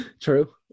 True